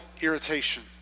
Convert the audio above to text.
irritation